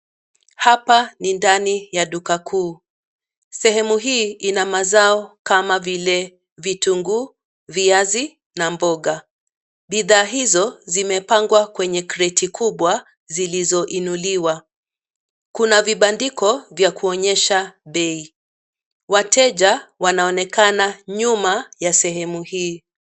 Hapa ni ndani ya dukakuu. Sehemu hii ina mazao kama vile vitunguu, viazi na mboga. Bidhaa hizo zimepangwa kwenye kreti kubwa zilizoinuliwa. Kuna vibandiko vya kuonyesha bei. Wateja wanaonekana nyuma ya sehemu hii.